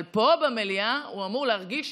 אבל פה במליאה הוא אמור להרגיש